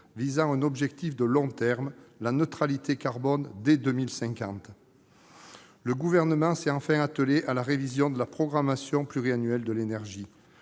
visant un objectif de long terme : la neutralité carbone dès 2050. Il s'est enfin attelé à la révision de la programmation pluriannuelle de l'énergie.